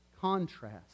contrast